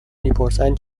میپرسند